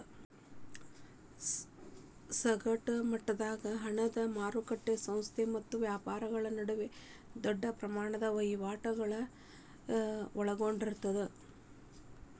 ಸಗಟ ಮಟ್ಟದಾಗ ಹಣದ ಮಾರಕಟ್ಟಿ ಸಂಸ್ಥೆಗಳ ಮತ್ತ ವ್ಯಾಪಾರಿಗಳ ನಡುವ ದೊಡ್ಡ ಪ್ರಮಾಣದ ವಹಿವಾಟುಗಳನ್ನ ಒಳಗೊಂಡಿರ್ತದ